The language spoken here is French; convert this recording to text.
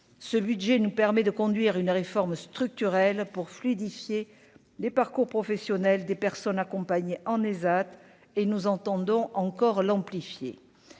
ce budget nous permet de conduire une réforme structurelle pour fluidifier les parcours professionnels des personnes accompagné en Esat et nous entendons encore l'amplifier